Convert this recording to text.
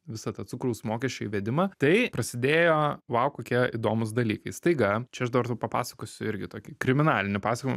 visą tą cukraus mokesčio įvedimą tai prasidėjo vau kokie įdomūs dalykai staiga čia aš dabar tau papasakosiu irgi tokį kriminalinį pasakojimą